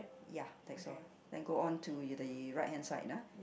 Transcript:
ya that's all then go on to the right hand side ah